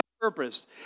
purpose